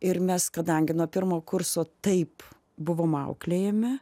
ir mes kadangi nuo pirmo kurso taip buvom auklėjami